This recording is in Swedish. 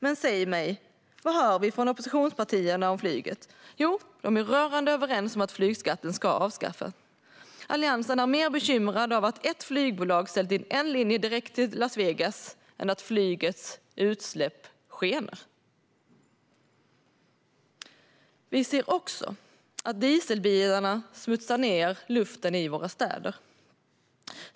Men vad hör vi från oppositionspartierna om flyget? Jo, de är rörande överens om att flygskatten ska avskaffas. Alliansen är mer bekymrad över att ett flygbolag har ställt in en linje direkt till Las Vegas än över att flygets utsläpp skenar. Vi ser också att dieselbilarna smutsar ned luften i våra städer.